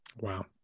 Wow